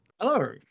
Hello